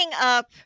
up